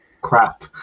Crap